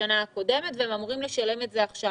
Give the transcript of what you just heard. בשנה הקודמת והם אמורים לשלם את זה עכשיו.